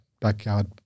backyard